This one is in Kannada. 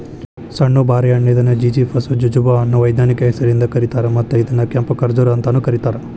ಸಣ್ಣು ಬಾರಿ ಹಣ್ಣ ಇದನ್ನು ಜಿಝಿಫಸ್ ಜುಜುಬಾ ಅನ್ನೋ ವೈಜ್ಞಾನಿಕ ಹೆಸರಿಂದ ಕರೇತಾರ, ಮತ್ತ ಇದನ್ನ ಕೆಂಪು ಖಜೂರ್ ಅಂತಾನೂ ಕರೇತಾರ